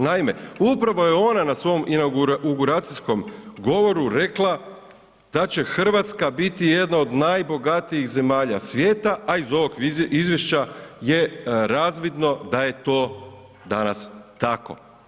Naime, upravo je ona na svom inauguracijom govoru rekla da će Hrvatska biti jedna od najbogatijih zemalja svijeta a iz ovog izvješća je razvidno da je to danas tako.